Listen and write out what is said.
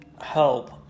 help